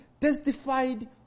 testified